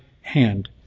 hand